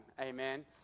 Amen